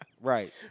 right